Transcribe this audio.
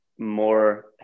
more